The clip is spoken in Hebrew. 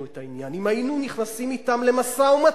את העניין אם היינו נכנסים אתם למשא-ומתן.